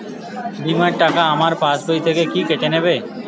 বিমার টাকা আমার পাশ বই থেকে কি কেটে নেবে?